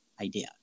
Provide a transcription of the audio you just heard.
idea